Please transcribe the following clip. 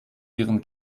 ihren